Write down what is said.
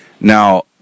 Now